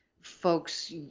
folks